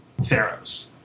Theros